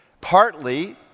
partly